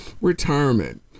Retirement